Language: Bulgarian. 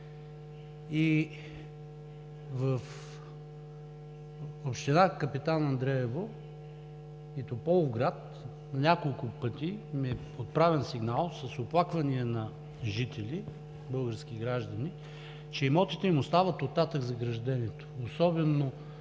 И от община Капитан Андреево и Тополовград на няколко пъти ми е отправян сигнал с оплаквания на жители, български граждани, че имотите им остават оттатък загражденията.